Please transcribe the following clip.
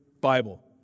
Bible